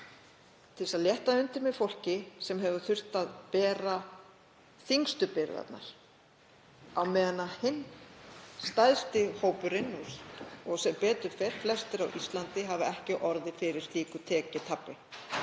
til að létta undir með fólki sem hefur þurft að bera þyngstu byrðarnar á meðan stærsti hópurinn, og sem betur fer flestir á Íslandi, hefur ekki orðið fyrir slíku tekjutapi.